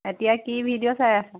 এতিয়া কি ভিডিঅ' চাই আছা